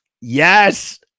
Yes